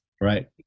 Right